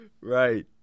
Right